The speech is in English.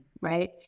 right